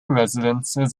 residences